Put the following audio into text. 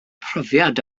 profiad